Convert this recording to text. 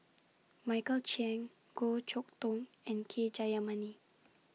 Michael Chiang Goh Chok Tong and K Jayamani